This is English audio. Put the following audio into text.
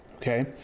Okay